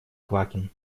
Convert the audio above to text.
квакин